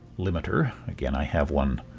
limiter. again, i have one